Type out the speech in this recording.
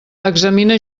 examina